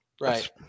Right